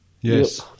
Yes